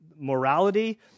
morality